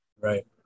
Right